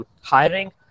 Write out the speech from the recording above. hiring